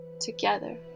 together